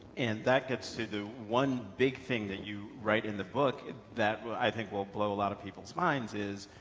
and that gets to the one big thing that you write in the book that i think will blow a lot of people's minds is